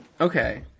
Okay